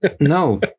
No